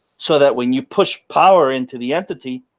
so that when you push power into the entity,